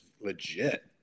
legit